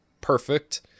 perfect